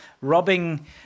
robbing